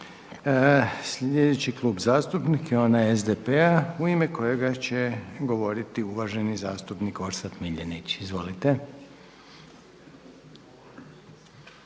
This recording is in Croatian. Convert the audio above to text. Sljedeći Klub zastupnika je onaj SDP-a u ime kojega će govoriti uvaženi zastupnik Orsat Miljenić. Izvolite.